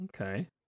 okay